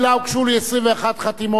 שניים משכו את חתימותיהם,